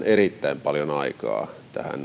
erittäin paljon aikaa